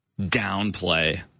downplay